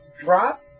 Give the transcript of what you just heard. drop